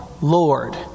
Lord